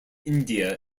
india